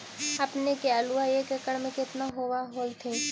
अपने के आलुआ एक एकड़ मे कितना होब होत्थिन?